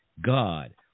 God